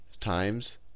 times